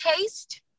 taste